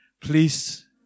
Please